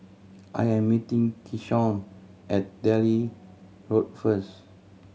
I am meeting Keyshawn at Delhi Road first